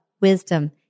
Wisdom